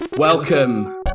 Welcome